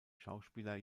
schauspieler